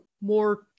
more